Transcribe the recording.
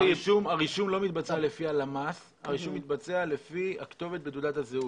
הרישום לא מתבצע לפי הלמ"ס אלא לפי הכתובת בתעודת הזהות.